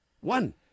One